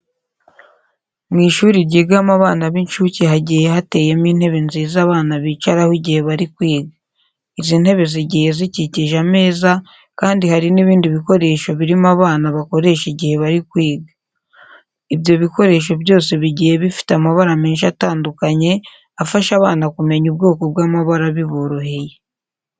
Mu ishuri ryigamo abana b'inshuke hagiye hateyemo intebe nziza abana bicaraho igihe bari kwiga. Izi ntebe zigiye zikikije ameza kandi hari n'ibindi bikoresho birimo abana bakoresha igihe bari kwiga. Ibyo bikoresho byose bigiye bifite amabara menshi atandukanye afasha abana kumenya ubwoko bw'amabara biboroheye.